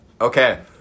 Okay